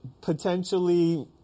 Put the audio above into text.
potentially